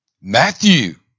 Matthew